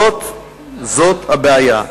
זאת הבעיה.